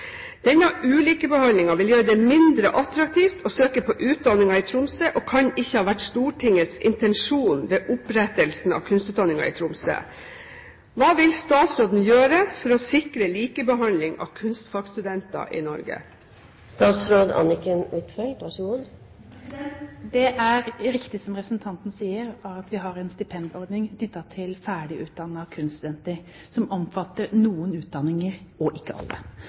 Denne ulike behandling vil gjøre det mindre attraktivt å søke på utdanningen i Tromsø og kan ikke ha vært Stortingets intensjon ved opprettelsen av kunstutdanningen i Tromsø. Hva vil statsråden gjøre for å sikre likebehandling av kunstfagstudenter i Norge?» Det er riktig som representanten sier, at vi har en stipendordning knyttet til ferdig utdannede kunststudenter – det omfatter noen utdanninger og ikke alle.